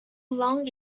long